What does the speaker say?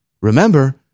Remember